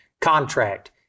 contract